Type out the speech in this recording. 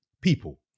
people